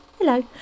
Hello